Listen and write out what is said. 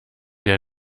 der